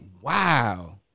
wow